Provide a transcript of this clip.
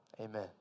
Amen